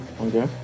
okay